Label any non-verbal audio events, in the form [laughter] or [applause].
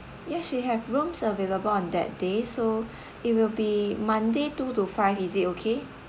yes we have rooms available on that day so [breath] it will be monday two to five is it okay